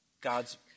God's